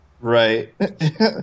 Right